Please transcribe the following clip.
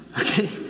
Okay